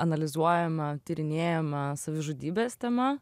analizuojama tyrinėjama savižudybės tema